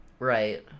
Right